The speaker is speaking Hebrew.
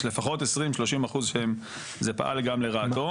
יש לפחות 20%-30% שזה פעל גם לרעתו.